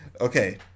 Okay